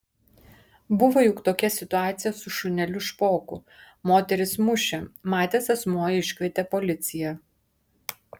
buvo juk tokia situacija su šuneliu špoku moteris mušė matęs asmuo iškvietė policiją